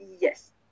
Yes